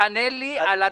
תענה לי על הטופס.